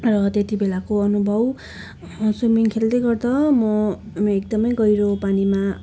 र त्यति बेलाको अनुभव स्विमिङ खेल्दै गर्दा म म एकदमै गहिरो पानीमा